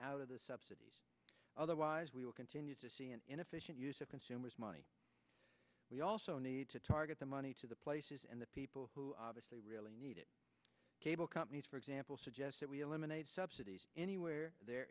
out of the subsidies otherwise we will continue to see an inefficient use of consumers money we also need to target the money to the places and the people who obviously really need it cable companies for example suggest that we eliminate subsidies anywhere there